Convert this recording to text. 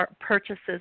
purchases